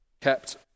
kept